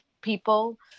people